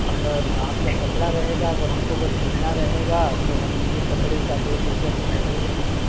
अगर आपका कपड़ा रहेगा अगर हमको बस सिलना रहेगा तो हम एक कपड़े का दो सौ रुपये सिलाई ले रहे हैं